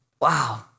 Wow